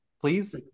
please